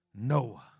Noah